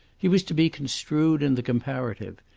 he was to be construed in the comparative.